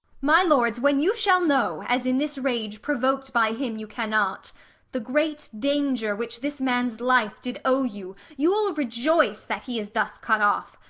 my lords, when you shall know as in this rage, provok'd by him, you cannot the great danger which this man's life did owe you, you'll rejoice that he is thus cut off.